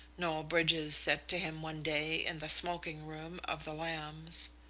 noel bridges said to him one day in the smoking room of the lambs.